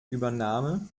übernahme